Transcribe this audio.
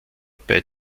bei